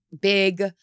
big